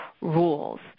rules